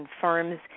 firms